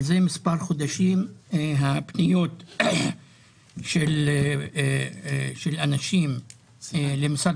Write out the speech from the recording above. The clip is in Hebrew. מזה מספר חודשים הפניות של אנשים למשרד